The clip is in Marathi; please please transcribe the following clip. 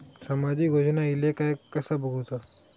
सामाजिक योजना इले काय कसा बघुचा?